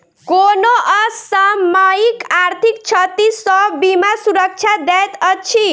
कोनो असामयिक आर्थिक क्षति सॅ बीमा सुरक्षा दैत अछि